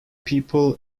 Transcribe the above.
people